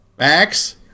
Max